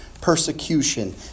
persecution